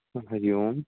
हरिः ओम्